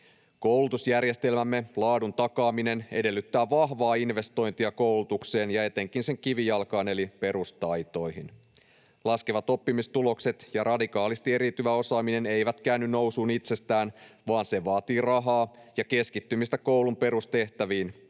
Koulutusjärjestelmämme laadun takaaminen edellyttää vahvaa investointia koulutukseen ja etenkin sen kivijalkaan eli perustaitoihin. Laskevat oppimistulokset ja radikaalisti eriytyvä osaaminen eivät käänny nousuun itsestään, vaan se vaatii rahaa ja keskittymistä koulun perustehtäviin.